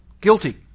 Guilty